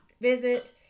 visit